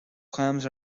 clams